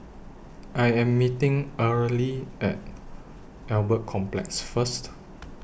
I Am meeting Earley At Albert Complex First